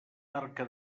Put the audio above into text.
barca